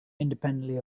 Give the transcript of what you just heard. independently